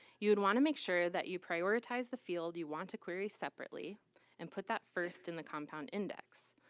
you would wanna make sure that you prioritize the field you want a query separately and put that first in the compound index.